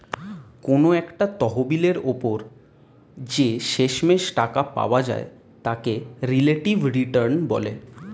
কোনো একটা তহবিলের উপর যে শেষমেষ টাকা পাওয়া যায় তাকে রিলেটিভ রিটার্ন বলে